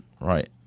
right